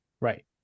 right